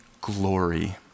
glory